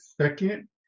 second